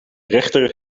rechter